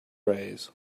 rays